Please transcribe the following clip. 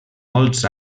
molts